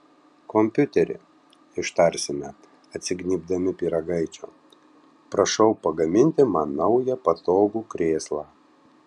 kompiuteri ištarsime atsignybdami pyragaičio prašau pagaminti man naują patogų krėslą